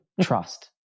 trust